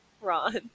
Ron